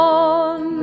on